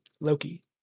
Loki